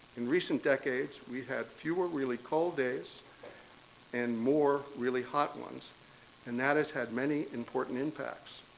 in recent decades, we had fewer really cold days and more really hot ones and that has had many important impacts.